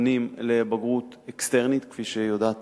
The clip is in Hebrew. נבחנים לבגרות אקסטרנית, כפי שיודעת